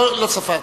לא ספרתי.